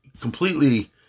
completely